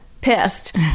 pissed